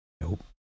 Nope